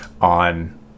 on